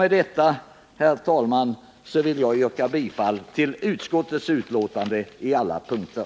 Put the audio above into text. Med detta, herr talman, vill jag yrka bifall till utskottets hemställan i alla punkter.